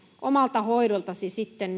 omalta hoidoltasi sitten